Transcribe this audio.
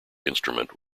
instrument